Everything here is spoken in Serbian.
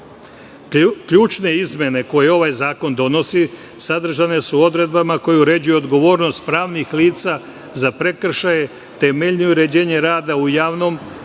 izmene koji ovaj zakon donosi, sadržane su odredbama koje uređuju odgovornost pravnih lica za prekršaje, temeljnije uređenje rada u javnom